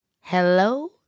Hello